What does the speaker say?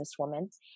businesswoman